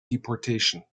deportation